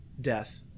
death